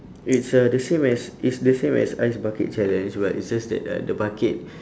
it's uh the same as it's the same as ice bucket challenge but it's just that uh the bucket